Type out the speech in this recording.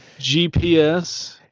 GPS